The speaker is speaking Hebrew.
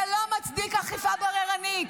זה לא מצדיק אכיפה בררנית.